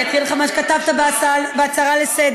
אני אקריא לך מה שכתבת בהצעה לסדר-היום.